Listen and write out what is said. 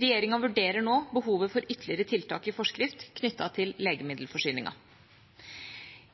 Regjeringa vurderer nå behovet for ytterligere tiltak i forskrift knyttet til legemiddelforsyningen.